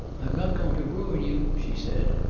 i'm not going to ruin you, she said.